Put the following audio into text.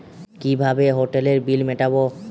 কিভাবে হোটেলের বিল মিটাব?